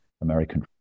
American